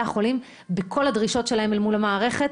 החולים בכל הדרישות שלהם אל מול המערכת,